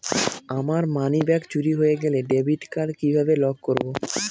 আমার মানিব্যাগ চুরি হয়ে গেলে ডেবিট কার্ড কিভাবে লক করব?